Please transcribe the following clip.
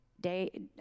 day